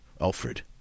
alfred